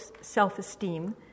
self-esteem